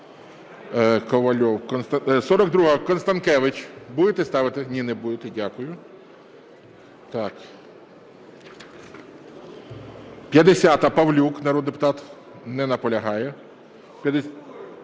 42-а, Констанкевич. Будете ставити? Ні, не будете. Дякую. 50-а, Павлюк, народний депутат. Не наполягає.